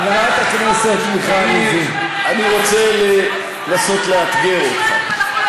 עכשיו, חבר הכנסת פרי, אני רוצה לנסות לאתגר אותך.